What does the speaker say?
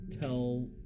tell